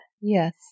Yes